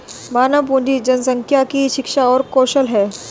मानव पूंजी जनसंख्या की शिक्षा और कौशल है